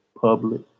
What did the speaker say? Public